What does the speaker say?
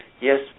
yes